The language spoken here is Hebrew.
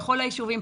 בכל היישובים.